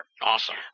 Awesome